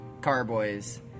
carboys